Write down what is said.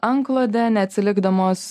antklodę neatsilikdamos